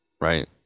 right